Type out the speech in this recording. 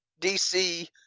DC